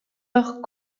heures